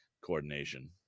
coordination